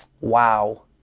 Wow